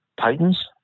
Titans